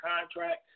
contract